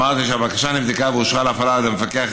אמרתי לך שהבקשה נבדקה ואושרה להפעלה על ידי המפקח